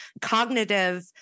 cognitive